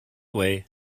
way